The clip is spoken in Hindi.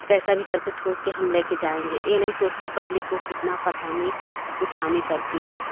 कैसा भी करके ठूस के हम ले कर जाएँगे ये नहीं सोचते पब्लिक को कितना परेशानी उठानी पड़ती है